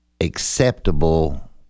acceptable